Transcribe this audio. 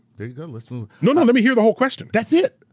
there you go, let's move. no, no, let me hear the whole question. that's it!